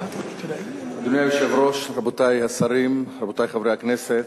אדוני היושב-ראש, רבותי השרים, רבותי חברי הכנסת,